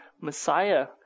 Messiah